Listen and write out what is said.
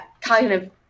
cognitive